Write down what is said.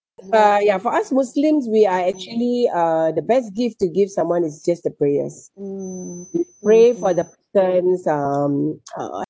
uh yeah for us muslims we are actually uh the best gift to give someone is just the prayers mm to pray for the person's um uh